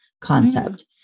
concept